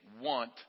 want